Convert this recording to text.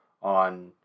on